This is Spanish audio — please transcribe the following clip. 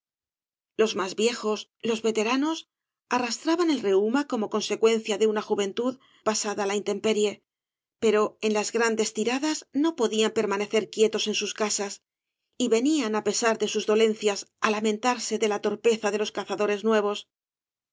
los más viejos los veteranos arrastraban el reuma como consecuencia de una juventud pasada á la intemperie pero en las grandes tiradas no podían permanecer quietos en sus casas y venían á pesar de sus dolencias á lamentarse de la torpeza de los cazadores nuevos